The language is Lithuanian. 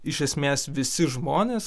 iš esmės visi žmonės